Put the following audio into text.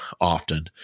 often